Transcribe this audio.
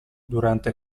durante